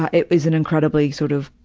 it was an incredibly, sort of,